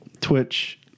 Twitch